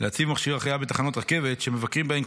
להציב מכשירי החייאה בתחנות רכבת שמבקרים בהן,